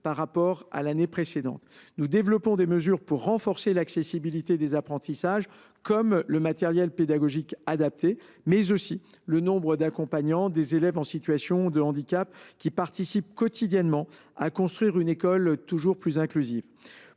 par rapport à l’année précédente. Nous développons des mesures pour renforcer l’accessibilité des apprentissages, comme le matériel pédagogique adapté, mais aussi le nombre d’accompagnants des élèves en situation de handicap, qui participent quotidiennement à construire une école toujours plus inclusive.